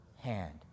hand